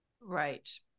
right